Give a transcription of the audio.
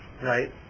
right